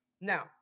Now